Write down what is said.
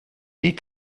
die